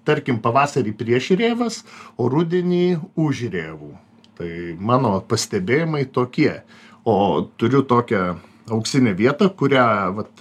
tarkim pavasarį prieš rėvas o rudenį už rėvų tai mano pastebėjimai tokie o turiu tokią auksinę vietą kurią vat